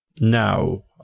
now